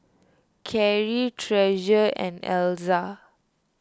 Carry Treasure and Elza